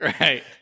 Right